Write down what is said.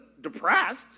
depressed